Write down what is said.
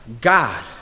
God